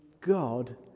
God